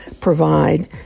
provide